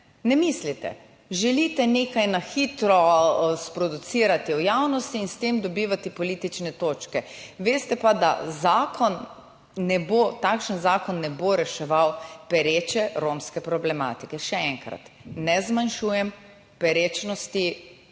tem zakonom. Želite nekaj na hitro sproducirati v javnosti in s tem dobivati politične točke, veste pa, da takšen zakon ne bo reševal pereče romske problematike. Še enkrat, ne zmanjšujem perečnosti